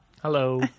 Hello